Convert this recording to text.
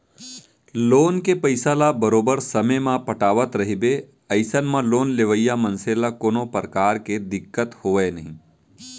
loan के पइसा ल बरोबर समे म पटावट रहिबे अइसन म लोन लेवइया मनसे ल कोनो परकार के दिक्कत होवय नइ